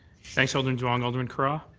thanks, alderman demong. alderman carra?